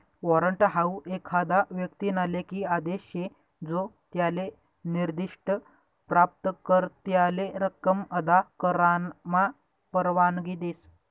warrant हाऊ एखादा व्यक्तीना लेखी आदेश शे जो त्याले निर्दिष्ठ प्राप्तकर्त्याले रक्कम अदा करामा परवानगी देस